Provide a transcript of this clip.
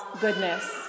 goodness